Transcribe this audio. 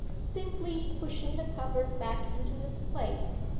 simply pushing the cupboard back into its place,